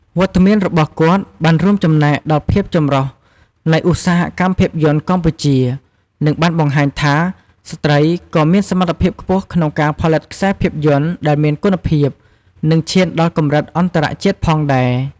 វត្តមានរបស់គាត់បានរួមចំណែកដល់ភាពចម្រុះនៃឧស្សាហកម្មភាពយន្តកម្ពុជា និងបានបង្ហាញថា ស្ត្រីក៏មានសមត្ថភាពខ្ពស់ក្នុងការផលិតខ្សែភាពយន្តដែលមានគុណភាព និងឈានដល់កម្រិតអន្តរជាតិផងដែរ។